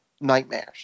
nightmares